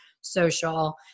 social